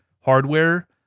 hardware